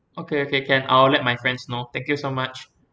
okay okay can I will let my friends know thank you so much